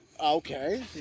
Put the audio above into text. Okay